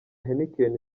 heineken